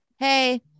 hey